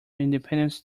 independence